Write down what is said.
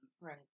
right